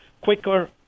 quicker